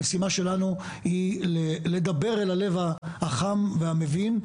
המשימה שלנו היא לדבר אל הלב החם והמבין,